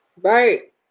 right